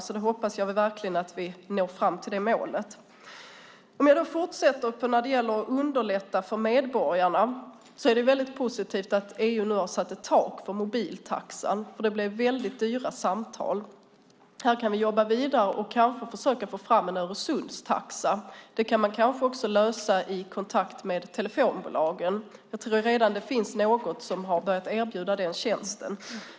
Jag hoppas verkligen att vi når fram till det målet. Jag fortsätter med hur man kan underlätta för medborgarna. Det är positivt att EU nu har satt ett tak för mobiltaxan, för det blir dyra samtal. Här kan vi jobba vidare och försöka få fram en Öresundstaxa. Det går kanske också att lösa i kontakt med telefonbolagen. Jag tror att det finns något bolag som redan har börjat erbjuda den tjänsten.